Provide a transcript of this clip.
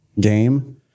game